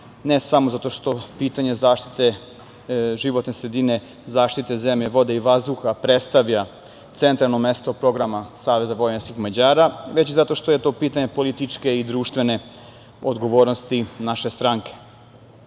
ne samo zato što pitanje zaštite životne sredine, zaštite zemlje, vode i vazduha predstavlja centralno mesto programa Saveza vojvođanskih Mađara, već zato što je to pitanje političke i društvene odgovornosti naše stranke. Svesni